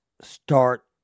start